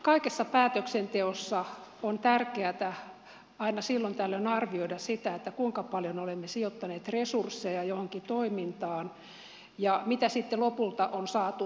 kaikessa päätöksenteossa on tärkeätä aina silloin tällöin arvioida sitä kuinka paljon olemme sijoittaneet resursseja johonkin toimintaan ja mitä sitten lopulta on saatu aikaiseksi